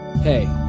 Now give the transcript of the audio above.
Hey